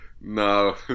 No